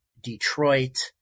Detroit